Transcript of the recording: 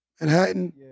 Manhattan